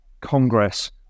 Congress